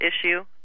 issue